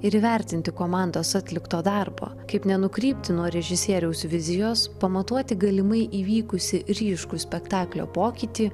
ir įvertinti komandos atlikto darbo kaip nenukrypti nuo režisieriaus vizijos pamatuoti galimai įvykusį ryškų spektaklio pokytį